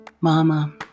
Mama